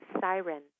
siren